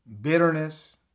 bitterness